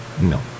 No